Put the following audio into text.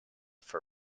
for